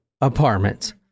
apartment